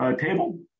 table